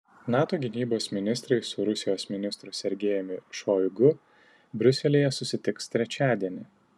nato gynybos ministrai su rusijos ministru sergejumi šoigu briuselyje susitiks trečiadienį